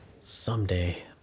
Someday